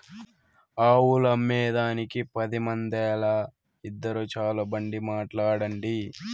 ఆవులమ్మేదానికి పది మందేల, ఇద్దురు చాలు బండి మాట్లాడండి